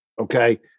Okay